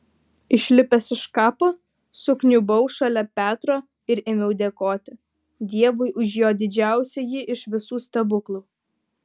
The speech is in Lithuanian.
išlipęs iš kapo sukniubau šalia petro ir ėmiau dėkoti dievui už jo didžiausiąjį iš visų stebuklų